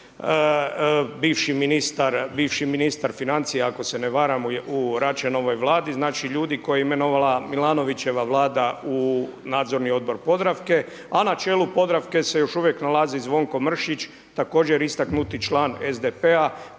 bivši ministar financija ako se ne varam u Račanovoj Vladi. Znači ljudi koje je imenovala Milanovićeva Vlada u Nadzorni odbor Podravke, a na čelu Podravke se još uvijek nalazi Zvonko Mršić, također istaknuti član SDP-a